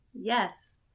yes